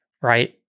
right